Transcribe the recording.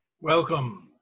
Welcome